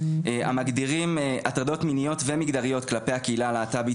המגדירים הטרדות מיניות ומגדריות כלפי הקהילה הלהט"בית,